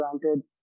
granted